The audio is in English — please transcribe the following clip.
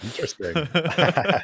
interesting